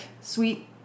sweet